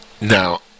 Now